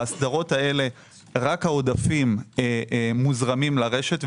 בהסדרות האלה רק העודפים מוזרמים לרשת,